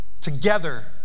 together